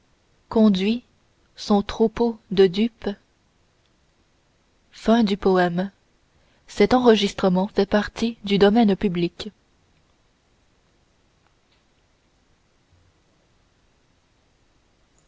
conduit son troupeau de dupes